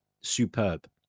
superb